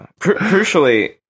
crucially